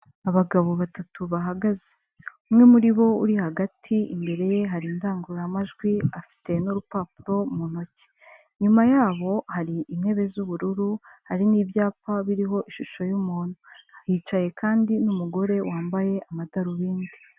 Abagabo batatu bahagaze, umwe muri bo uri hagati imbere ye hari indangururamajwi afite n'urupapuro mu ntoki, inyuma y'abo hari intebe z'ubururu hari n'ibyapa biriho ishusho y'umuntu, hicaye kandi n'umugore wambaye amadarubindi.